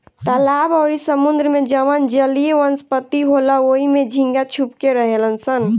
तालाब अउरी समुंद्र में जवन जलीय वनस्पति होला ओइमे झींगा छुप के रहेलसन